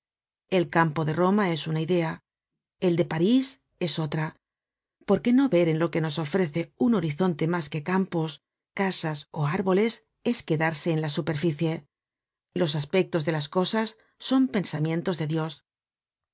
el campo de roma es una idea el de parís es otra porque no ver en lo que nos ofrece un horizonte mas que campos casas ó árboles es quedarse en la superficie los aspectos de las cosas son pensamientos de dios